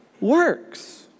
works